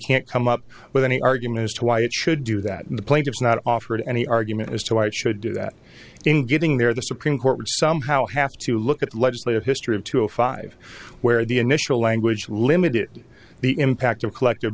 can't come up with any argument as to why it should do that the plaintiffs not offered any argument as to why it should do that in getting there the supreme court would somehow have to look at legislative history of two of five where the initial language limited the impact of collective